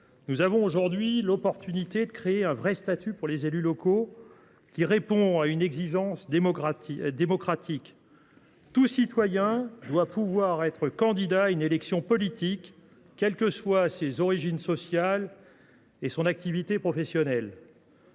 nous avons aujourd’hui l’opportunité de créer un véritable statut pour les élus locaux, qui répond à une exigence démocratique : tout citoyen doit pouvoir être candidat à une élection politique, quelles que soient ses origines sociales et son activité professionnelle.